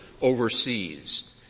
overseas